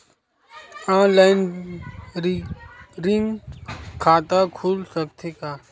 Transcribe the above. Online recurring खाता खुल सकथे का?